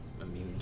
immune